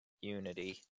Unity